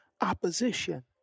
opposition